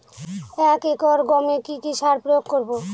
এক একর গমে কি কী সার প্রয়োগ করব?